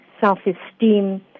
self-esteem